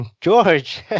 George